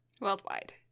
Worldwide